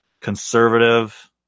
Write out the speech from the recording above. conservative